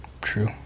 True